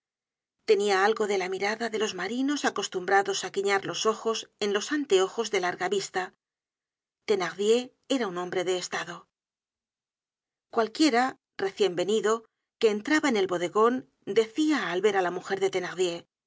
tenia algo de la mirada de los marinos acostumbrados á guiñar los ojos en los anteojos de larga vista thenardier era un hombre de estado cualquiera recienvenido que entraba en el bodegon decia al ver á la mujer de